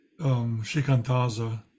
shikantaza